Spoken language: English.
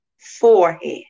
forehead